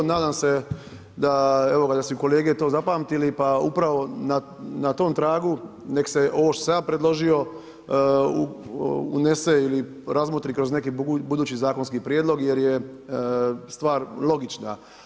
Nadam se da su kolege to zapamtili pa upravo na tom tragu nek se ovo što sam ja predložio unese ili razmotri kroz neki budući zakonski prijedlog jer je stvar logična.